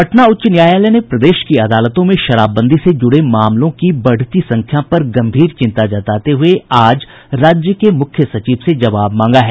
पटना उच्च न्यायालय ने प्रदेश की अदालतों में शराबबंदी से जुड़े मामलों की बढ़ती संख्या पर गम्भीर चिंता जताते हुये आज राज्य के मुख्य सचिव से जवाब मांगा है